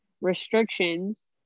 restrictions